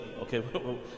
Okay